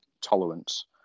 tolerance